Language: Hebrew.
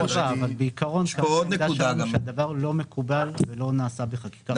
הדבר לא מקובל ולא נעשה גם בחקיקת משנה.